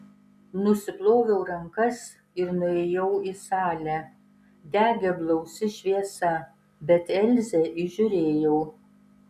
nusiploviau rankas ir nuėjau į salę degė blausi šviesa bet elzę įžiūrėjau